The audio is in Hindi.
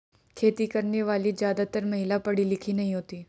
खेती करने वाली ज्यादातर महिला पढ़ी लिखी नहीं होती